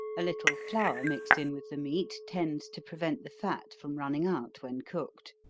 a little flour mixed in with the meat, tends to prevent the fat from running out when cooked.